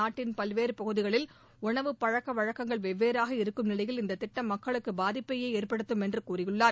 நாட்டின் பல்வேறு பகுதிகளில் உணவு பழக்க வழக்கங்கள் வெவ்வேறாக இருக்கும் நிலையில் இந்தத் திட்டம் மக்களுக்கு பாதிப்பையே ஏற்படுத்தும் என்று கூறியுள்ளார்